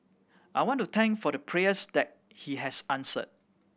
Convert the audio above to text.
I want to thank for the prayers that he has answered